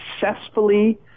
successfully